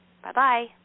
Bye-bye